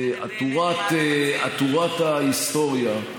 עטורת ההיסטוריה,